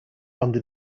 under